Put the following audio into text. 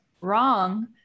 wrong